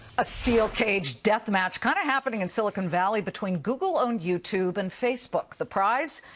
a steel cage death match kind of happening in silicon valley between google-owned youtube and facebook. the prize,